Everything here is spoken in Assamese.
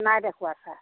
নাই দেখুওৱা ছাৰ